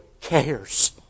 cares